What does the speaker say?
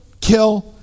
kill